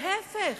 להיפך.